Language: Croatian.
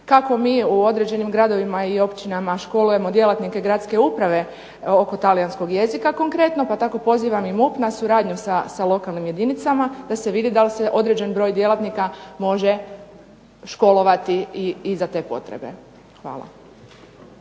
kako mi u određenim gradovima i općinama školujemo djelatnike gradske uprave oko talijanskog jezika konkretno pa tako pozivam i MUP na suradnju sa lokalnim jedinicama da se vidi da li se određen broj djelatnika može školovati i za te potrebe. Hvala.